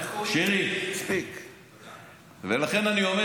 איך קוראים לי?